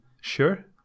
Sure